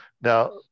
now